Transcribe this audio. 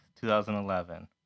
2011